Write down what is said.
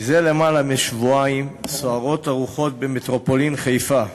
זה למעלה משבועיים סוערות הרוחות במטרופולין חיפה.